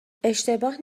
اشتباه